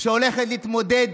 שהולכת להתמודד